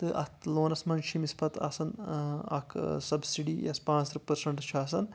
تہٕ اَتھ لونَس منٛز چھُ أمِس پَتہٕ آسان اکھ سبسڈی یۄس پانٛژھ ترٕٛہ پرسنٛٹ چھ آسان